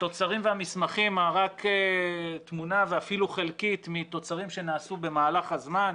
התוצרים והמסמכים - רק תמונה ואפילו חלקית מתוצרים שנעשו במהלך הזמן,